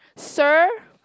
sir